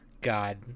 God